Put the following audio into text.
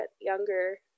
younger